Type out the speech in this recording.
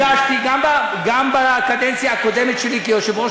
נפגשתי גם בקדנציה הקודמת שלי כיושב-ראש